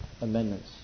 amendments